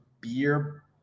beer